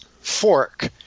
fork –